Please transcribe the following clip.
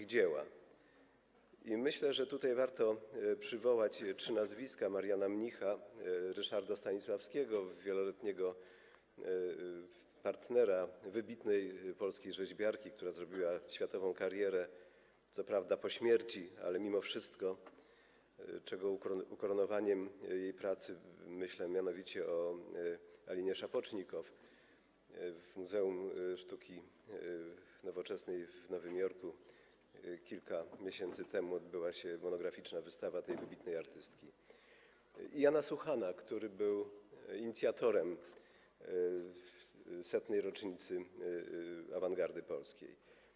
I myślę, że warto tutaj przywołać trzy nazwiska: Mariana Mnicha, Ryszarda Stanisławskiego - wieloletniego partnera wybitnej polskiej rzeźbiarki, która zrobiła światową karierę - co prawda po śmierci, ale mimo wszystko - co było ukoronowaniem jej pracy, myślę mianowicie o Alinie Szapocznikow, w Muzeum Sztuki Nowoczesnej w Nowym Jorku kilka miesięcy temu odbyła się monograficzna wystawa tej wybitnej artystki, i Jana Suchana, który był inicjatorem obchodów 100. rocznicy awangardy polskiej.